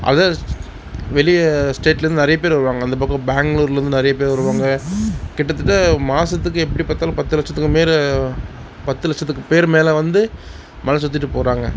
other வெளியே ஸ்டேட்லேருந்து நிறைய பேர் வருவாங்க அந்தப்பக்கம் பேங்களூர்லேந்து நிறைய பேர் வருவாங்க கிட்டத்தட்ட மாதத்துக்கு எப்படி பார்த்தாலும் பத்து லட்சத்துக்கு மேலே பத்து லட்சத்துக்கு பேர் மேலே வந்து மலை சுற்றிட்டு போகிறாங்க